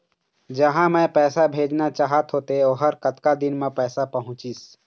जहां मैं पैसा भेजना चाहत होथे ओहर कतका दिन मा पैसा पहुंचिस?